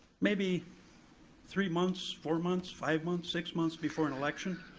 maybe three months, four months, five months, six months before an election,